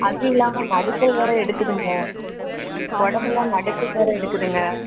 அது இல்லாமல் நடுங்கல் வேற எடுக்குதுங்க உடம்பெல்லாம் நடுங்கல் வேற எடுக்குதுங்க